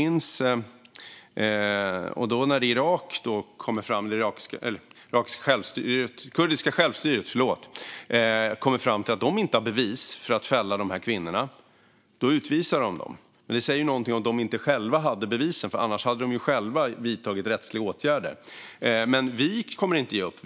När det kurdiska självstyret kom fram till att de inte hade bevis för att fälla dessa kvinnor utvisade de kvinnorna. Det säger dock någonting att de inte själva hade bevisen - annars hade de ju själva vidtagit rättsliga åtgärder. Vi kommer inte att ge upp.